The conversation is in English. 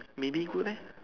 maybe good leh